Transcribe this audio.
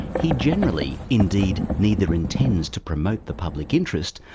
he generally, indeed, neither intends to promote the public interest,